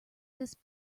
this